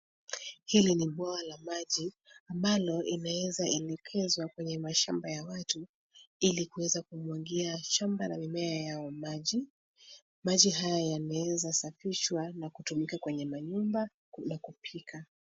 Hili ni bwawa la maji ambalo imeeza elekezwa kwenye mashamba ya maji ili kuweza kumwagia shamba la mimea ya maji. Maji haya yanaweza safisha na kutumika kwenye manyumba ya kupika.